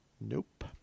Nope